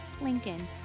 Lincoln